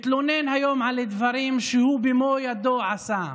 מתלונן היום על דברים שהוא במו-ידיו עשה.